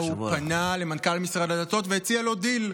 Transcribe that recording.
פנה למנכ"ל משרד הדתות והציע לו דיל: